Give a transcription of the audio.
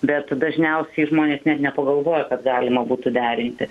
bet dažniausiai žmonės net nepagalvoja kad galima būtų derinti